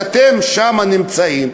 אתם שם נמצאים,